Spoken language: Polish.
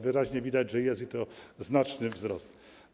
Wyraźnie widać, że jest znaczny wzrost.